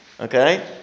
okay